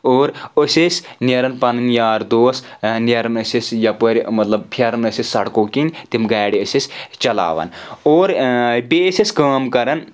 اور أسۍ ٲسۍ نیرَان پنٕنۍ یار دوس نیرَان ٲسۍ أسۍ یپٲرۍ مطلب پھیرَان ٲسۍ أسۍ سڑکو کِنۍ تِم گاڑِ ٲسۍ أسۍ چلاوَان اور بیٚیہِ ٲسۍ أسۍ کٲم کرَان